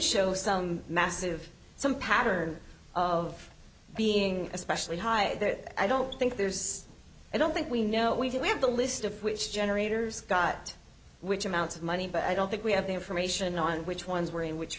shows some massive some pattern of being especially high that i don't think there's i don't think we know we have the list of which generators got which amounts of money but i don't think we have the information on which ones were in which